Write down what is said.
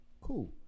Cool